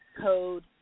code